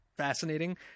Fascinating